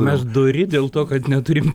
mes dori dėl to kad neturim